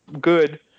good